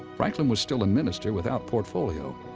franklin was still a minister without portfolio,